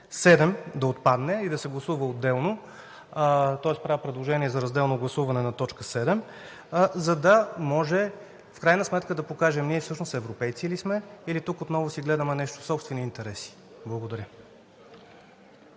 7 да отпадне и да се гласува отделно. Тоест правя предложение за разделно гласуване на точка 7, за да може в крайна сметка да покажем ние всъщност европейци ли сме, или отново си гледаме собствените интереси. Благодаря.